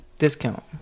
Discount